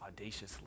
audaciously